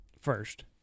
first